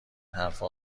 حرفها